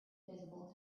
visible